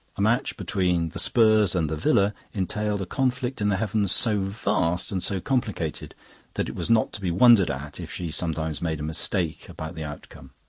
a match between the spurs and the villa entailed a conflict in the heavens so vast and so complicated that it was not to be wondered at if she sometimes made a mistake about the outcome.